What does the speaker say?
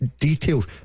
details